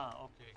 אה, אוקיי.